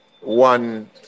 one